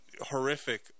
horrific